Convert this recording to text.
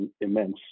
immense